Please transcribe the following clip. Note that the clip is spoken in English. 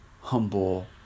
humble